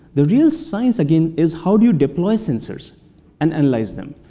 the real science again, is how do you deploy sensors and analyze them?